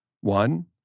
One